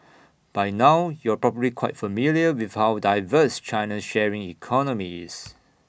by now you're probably quite familiar with how diverse China's sharing economy is